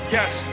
Yes